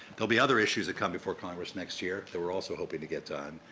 will be other issues that come before congress next year that we're also helping to get done.